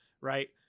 right